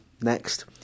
next